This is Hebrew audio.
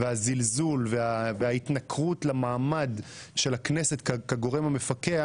הזלזול והתנכרות למעמד של הכנסת כגורם המפקח